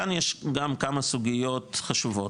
כאן יש גם כמה סוגיות וחשובות,